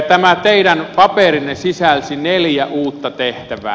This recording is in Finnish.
tämä teidän paperinne sisälsi neljä uutta tehtävää